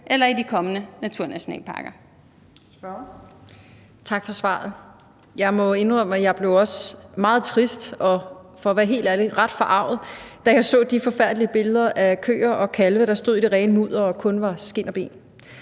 Kl. 15:32 Mette Thiesen (NB): Tak for svaret. Jeg må også indrømme, at jeg blev meget trist og for at være helt ærlig ret forarget, da jeg så de forfærdelige billeder af køer og kalve, der stod i det rene mudder og kun var skind og ben.